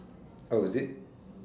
oh is it